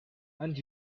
and